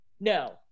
no